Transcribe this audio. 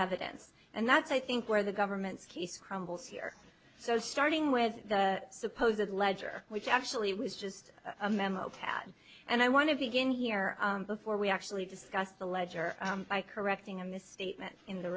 evidence and that's i think where the government's case crumbles here so starting with the supposedly ledger which actually was just a memo pad and i want to begin here before we actually discuss the ledger by correcting a misstatement in the